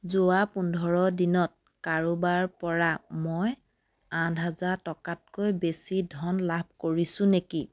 যোৱা পোন্ধৰ দিনত কাৰোবাৰ পৰা মই আঠ হাজাৰ টকাতকৈ বেছি ধন লাভ কৰিছোঁ নেকি